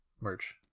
merch